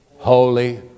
Holy